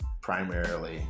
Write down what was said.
primarily